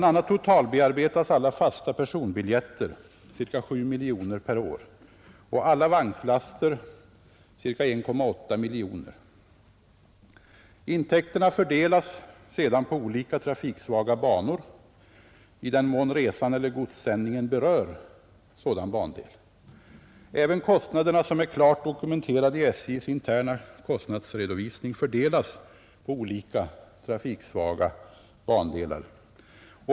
a. totalbearbetas alla fasta personbiljetter, ca 7 miljoner per år, och alla vagnslaster, ca 1,8 miljoner. Intäkterna fördelas sedan på olika trafiksvaga banor i den mån resan eller godssändningen berör sådan bandel. Även kostnader som är klart dokumenterade i SJ:s interna kostnadsredovisning fördelas på olika trafiksvaga bandelar.